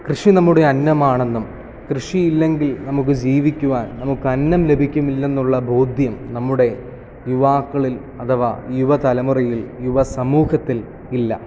കൃഷി നമ്മുടെ അന്നമാണെന്നും കൃഷിയില്ലെങ്കിൽ നമുക്ക് ജീവിക്കുവാൻ നമുക്ക് അന്നം ലഭിക്കുന്നില്ല എന്നുള്ള ബോധ്യം നമ്മുടെ യുവാക്കളിൽ അഥവാ യുവതലമുറയിൽ യുവ സമൂഹത്തിൽ ഇല്ല